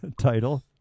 Title